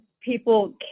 people